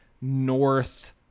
north